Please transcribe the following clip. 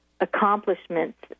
accomplishments